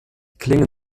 klingen